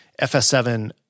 FS7